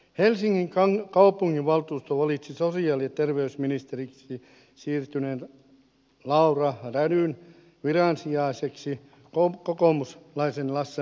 helsingin kaupunginvaltuusto valitsi sosiaali ja terveysministeriksi siirtyneen laura rädyn viransijaiseksi kokoomuslaisen lasse männistön